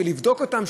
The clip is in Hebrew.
ולבדוק אותם,